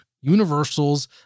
Universal's